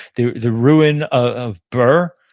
the the ruin of burr,